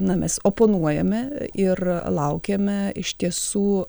na mes oponuojame ir laukiame iš tiesų